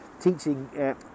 teaching